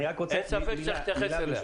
אין ספק שצריך להתייחס אליה.